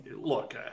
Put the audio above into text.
look